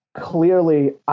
clearly